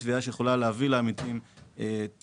תביעה שיכולה להביא לעמיתים תוחלת,